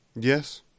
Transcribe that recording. yes